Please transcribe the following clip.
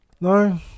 no